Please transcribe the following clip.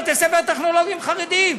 בתי-ספר טכנולוגיים חרדיים.